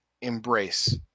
embrace